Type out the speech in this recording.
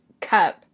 cup